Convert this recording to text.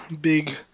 big